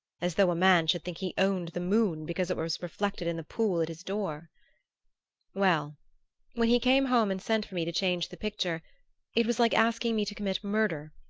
as though a man should think he owned the moon because it was reflected in the pool at his door well when he came home and sent for me to change the picture it was like asking me to commit murder.